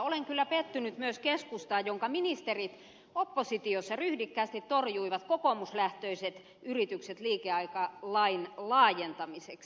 olen kyllä pettynyt myös keskustaan jonka ministerit oppositiossa ryhdikkäästi torjuivat kokoomuslähtöiset yritykset liikeaikalain laajentamiseksi